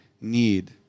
need